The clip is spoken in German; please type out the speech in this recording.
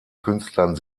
künstlern